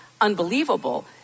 unbelievable